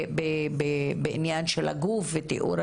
ושהוא ישלם לפחות מהצד הזה,